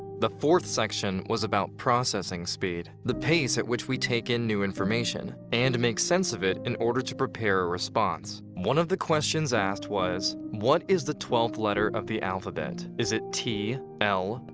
the fourth section was about processing speed the pace at which we take in new information and make sense of it in order to prepare a response. one of the questions asked was what is the twelfth letter of the alphabet is it t, l,